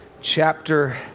chapter